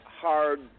hard